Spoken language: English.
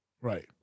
Right